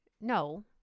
No